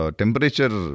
temperature